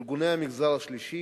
ארגוני המגזר השלישי